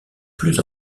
plus